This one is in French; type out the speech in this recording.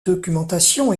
documentation